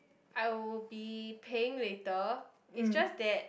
I will be paying with the it's just that